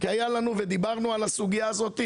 כי דיברנו על הסוגיה הזאת,